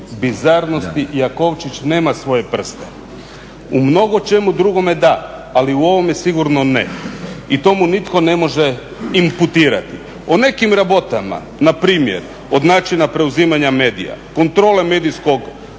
bizarnosti Jakovčić nema svoje prste. U mnogočemu drugome da, ali u ovome sigurno ne i to mu nitko ne može imputirati. O nekim rabotama npr. od načina preuzimanja medija, kontrole medijskog